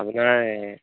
আপোনাৰ